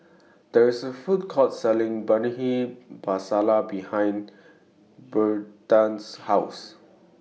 There IS A Food Court Selling Bhindi Masala behind Berta's House